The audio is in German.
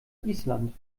island